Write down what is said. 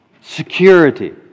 Security